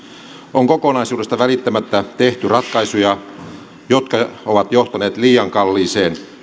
on kokonaisuudesta välittämättä tehty ratkaisuja jotka ovat johtaneet liian kalliiseen